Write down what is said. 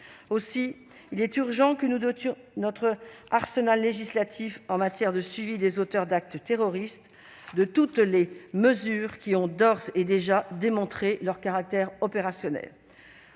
Aussi est-il urgent que nous dotions notre arsenal législatif de suivi des auteurs d'actes terroristes de toutes les mesures qui ont d'ores et déjà démontré leur caractère opérationnel.